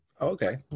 okay